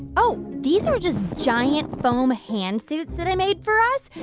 oh, these are just giant foam hand suits that i made for us.